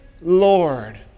Lord